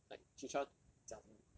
like tricia 讲什么